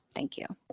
thank you.